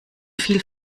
viel